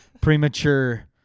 premature